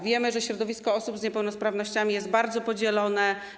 Wiemy, że środowisko osób z niepełnosprawnościami jest bardzo podzielone.